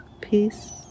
peace